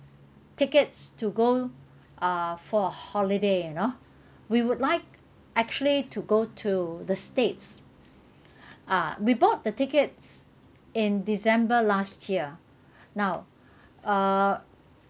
tickets to go uh for holiday you know we would like actually to go to the states uh we bought the tickets in december last year now uh